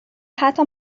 حتی